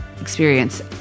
experience